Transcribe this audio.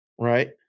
Right